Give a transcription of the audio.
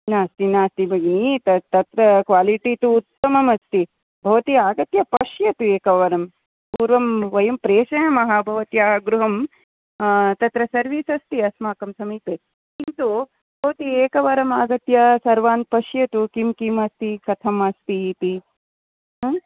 नास्ति नास्ति भगिनी तत् तत्र क्वालिट्टि तु उत्तमम् अस्ति भवति आगत्य पश्यतु एकवारं पूर्वं वयं प्रेषयामः भवत्याः गृहं तत्र सर्वीस् अस्ति अस्माकं समीपे किन्तु भवति एकवारम् आगत्य सर्वान् पश्यतु किं किं अस्ति कथम् अस्ति इति